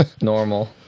normal